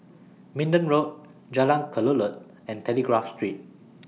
Minden Road Jalan Kelulut and Telegraph Street